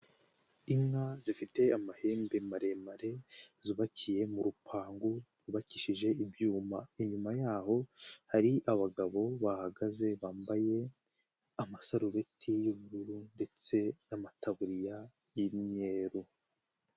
Inka zifite amahembe maremare zubakiye mu rupangu rwubakishije ibyuma, inyuma yaho hari abagabo bahahagaze bambaye amasarubeti y'ubururu ndetse n'amataburiya y'imyeru.